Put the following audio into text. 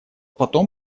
потом